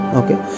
okay